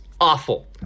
Awful